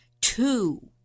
two